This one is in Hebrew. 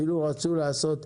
אפילו רצו לעשות,